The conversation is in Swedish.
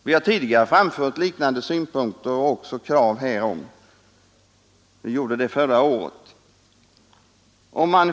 Vi har tidigare, senast förra året, framfört liknande synpunkter och krav.